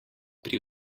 pri